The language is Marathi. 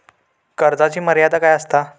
कर्जाची मर्यादा काय असता?